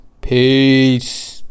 Peace